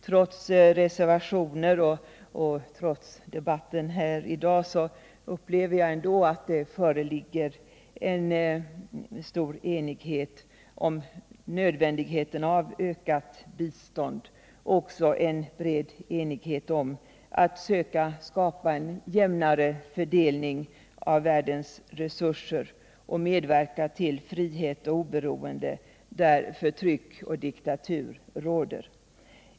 Trots reservationer och trots debatten här i dag upplever jag att det föreligger en bred enighet om nödvändigheten av ökat bistånd och en bred enighet om att söka skapa en jämnare fördelning av världens resurser och medverka till frihet och oberoende där förtryck och diktatur råder.